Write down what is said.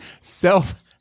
self